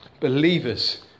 Believers